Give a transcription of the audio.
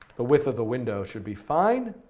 the width of the window should be fine.